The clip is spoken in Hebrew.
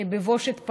בבושת פנים.